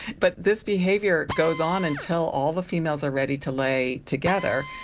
but this behaviour goes on until all the females are ready to lay together,